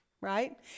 right